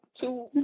two